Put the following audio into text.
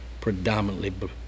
predominantly